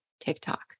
TikTok